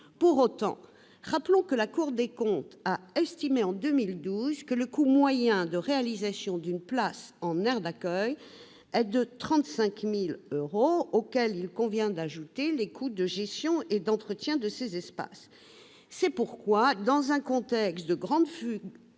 Pour autant, rappelons que la Cour des comptes a estimé, en 2012, que le coût moyen de réalisation d'une place en aire d'accueil est de 35 000 euros, auquel il convient d'ajouter les coûts de gestion et d'entretien de ces espaces. C'est pourquoi, dans un contexte de grande frugalité